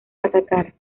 atacar